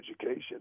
education